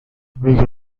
بگم